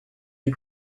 and